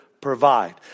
provide